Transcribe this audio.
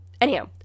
anyhow